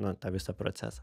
na tą visą procesą